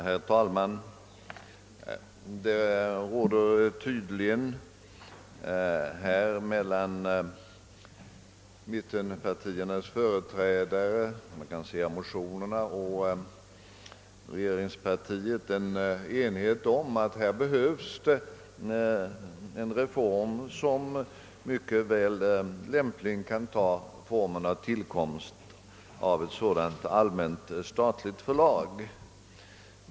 Herr talman! Det råder tydligen enighet mellan mittenpartiernas företrädare och regeringspartiet om att det behövs en reform, som lämpligen kan ta formen av tillskapandet av ett allmänt statligt förlag.